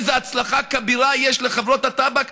איזו הצלחה כבירה יש לחברות הטבק,